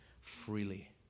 freely